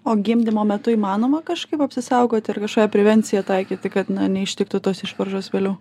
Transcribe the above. o gimdymo metu įmanoma kažkaip apsisaugoti ir kažkokią prevenciją taikyti kad na neištiktų tos išvaržos vėliau